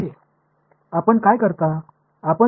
நீங்கள் என்ன செய்கிறாய்